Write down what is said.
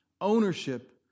Ownership